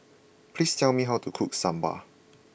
please tell me how to cook Sambar